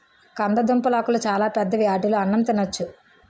కందదుంపలాకులు చాలా పెద్దవి ఆటిలో అన్నం తినొచ్చు